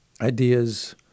ideas